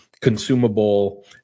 consumable